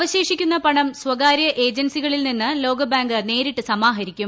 അവശേഷിക്കുന്ന പണം സ്വകാര്യ ഏജൻസികളിൽ നിന്ന് ലോക ബാങ്ക് നേരിട്ട് സമാഹരിക്കും